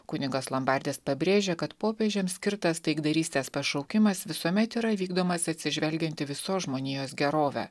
kunigas lombardis pabrėžia kad popiežiams skirtas taikdarystės pašaukimas visuomet yra vykdomas atsižvelgiant į visos žmonijos gerovę